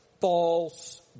false